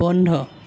বন্ধ